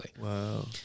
Wow